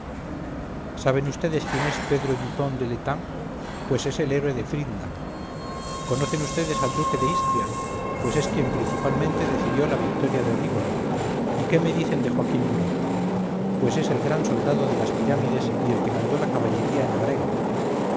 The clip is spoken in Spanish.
saben vds quién es pedro dupont de l'etang pues es el héroe de friedland conocen vds al duque de istria pues es quien principalmente decidió la victoria de rívoli y qué me dicen de joaquín murat pues es el gran soldado de las pirámides y el que mandó la caballería en marengo